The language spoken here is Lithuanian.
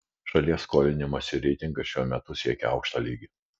šalies skolinimosi reitingas šiuo metu siekia aukštą lygį